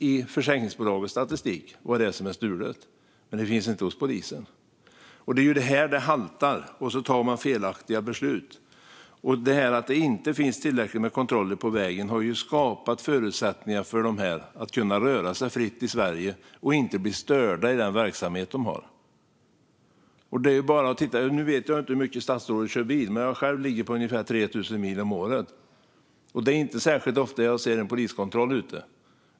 I försäkringsbolagets statistik kan man se vad det är som är stulet, men det finns inte hos polisen. Det är här det haltar, och så tar man felaktiga beslut. Att det inte finns tillräckligt med kontroller på vägen har ju skapat förutsättningar för de kriminella att röra sig fritt i Sverige och inte bli störda i sin verksamhet. Jag vet inte hur mycket statsrådet kör bil, men jag själv ligger på ungefär 3 000 mil om året. Det är inte särskilt ofta jag ser en poliskontroll ute.